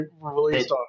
released